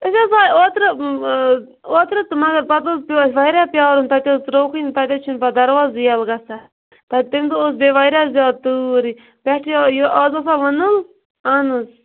أسۍ حظ آے اوترٕ اوترٕ تہٕ مگر پَتہٕ حظ پیٚو اَسہِ واریاہ پیارُن تَتہ حظ ترووکھے نہٕ تتہِ حظ چھِ نہٕ پَتہ درواز یلہٕ گَژھان پَتہٕ تمہ دۄہ ٲسۍ بیٚیہِ واریاہ زیادٕ تۭر پٮ۪ٹھٕ یہِ آز آسان وٕنَل اہن حظ